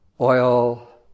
oil